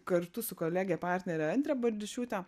kartu su kolege partnere andre baldišiūte